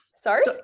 sorry